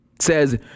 says